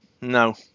no